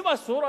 אם אסור,